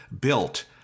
built